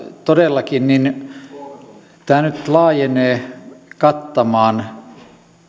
todellakin tämä nyt laajenee kattamaan